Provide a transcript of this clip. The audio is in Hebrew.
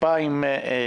טיפה עם חמצן,